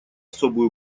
особый